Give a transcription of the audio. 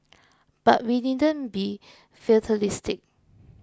but we needn't be fatalistic